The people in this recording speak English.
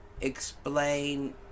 explain